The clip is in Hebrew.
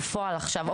בפועל עכשיו,